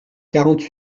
quarante